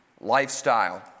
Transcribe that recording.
lifestyle